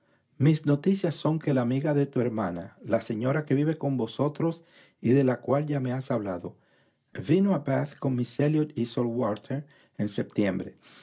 mis noticias son que la amiga de tu hermana la señora que vive con vosotros y de la cual ya me has hablado vino a bath con miss elliot y sir walter en septiembre